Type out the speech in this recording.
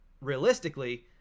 realistically